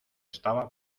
estaba